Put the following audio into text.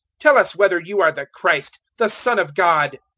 tell us whether you are the christ, the son of god.